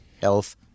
health